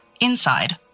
inside